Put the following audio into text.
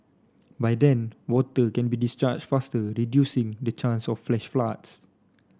by then water can be discharged faster reducing the chance of flash floods